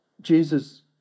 Jesus